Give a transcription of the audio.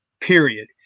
period